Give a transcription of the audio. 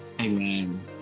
Amen